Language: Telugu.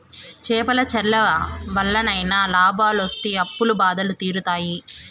చేపల చెర్ల వల్లనైనా లాభాలొస్తి అప్పుల బాధలు తీరుతాయి